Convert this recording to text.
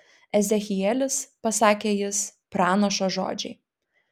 ezechielis pasakė jis pranašo žodžiai